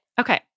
Okay